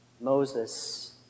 Moses